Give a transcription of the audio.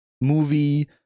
movie